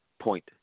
point